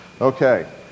Okay